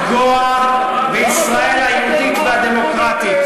לא ניתן לך לפגוע בישראל היהודית והדמוקרטית.